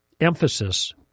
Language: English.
emphasis